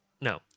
No